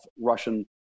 Russian